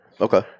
Okay